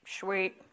sweet